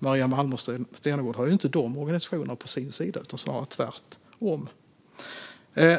Maria Malmer Stenergard har inte de organisationerna på sin sida - det är snarare tvärtom.